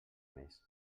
mes